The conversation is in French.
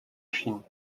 chine